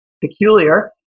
peculiar